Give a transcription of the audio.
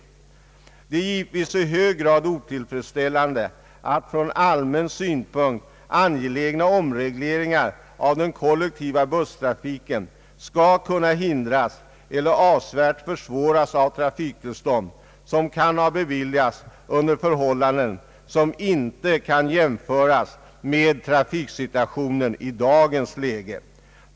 Det är givetvis i hög grad otillfredsställande att från allmän synpunkt angelägna omregleringar av den kollektiva busstrafiken skall kunna hindras eller avsevärt försvåras av trafiktillstånd, som kan ha beviljats under förhållanden som inte kan jämföras med trafiksituationen i dagens läge.